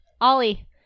Ollie